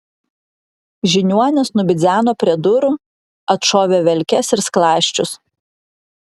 žiniuonis nubidzeno prie durų atšovė velkes ir skląsčius